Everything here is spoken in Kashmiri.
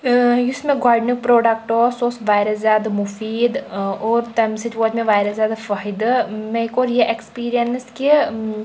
ٲں یُس مےٚ گۄڈٕنیٛک پرٛوڈکٹہٕ اوس سُہ اوس واریاہ زیادٕ مُفیٖد ٲں اور تَمہِ سۭتۍ ووت مےٚ واریاہ زیادٕ فٲیدٕ مےٚ کوٚر یہِ ایٚکٕسپیٖریَنٕس کہِ